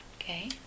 Okay